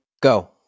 go